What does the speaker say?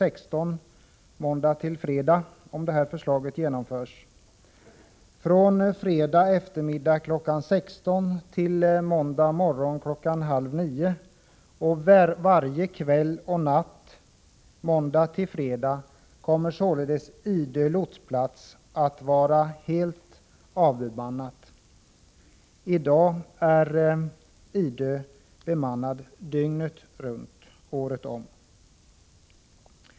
16 måndag till fredag, om det här förslaget genomförs. Från fredag eftermiddag kl. 16 till måndag morgon kl. 8.30 och varje kväll och natt måndag till fredag kommer således Idö lotsplats att vara helt avbemannad. I dag är Idö lotsplats bemannad dygnet runt året om.